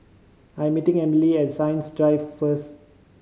I am meeting Emmalee at Science Drive first